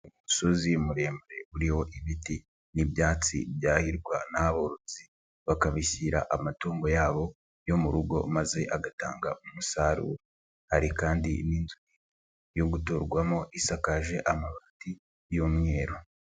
Umusozi muremure uriho ibiti n'ibyatsi byahirwa n'aborozi bakabishyira amatungo yabo yo mu rugo maze agatanga umusaruro, hari kandi n'inzu yo gutorwamo isakaje amabati y'umweru.